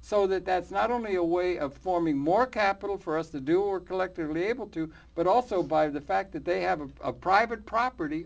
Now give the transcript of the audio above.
so that that's not only a way of forming more capital for us to do or collectively able to but also by the fact that they have a private property